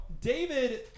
David